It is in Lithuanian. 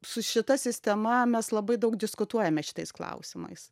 su šita sistema mes labai daug diskutuojame šitais klausimais